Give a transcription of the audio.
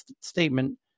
statement